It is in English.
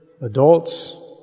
adults